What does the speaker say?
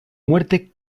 muerte